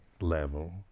level